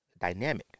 dynamic